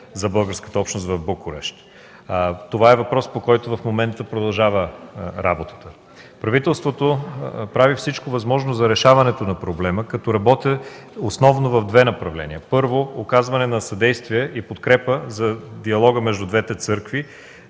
за българската общност в Букурещ. Това е въпрос, по който в момента работата продължава. Правителството прави всичко възможно за решаването на проблема, като работи основно в две направления. Първо, оказване на съдействие и подкрепа за диалога между двете църкви,